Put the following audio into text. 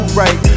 right